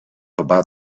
about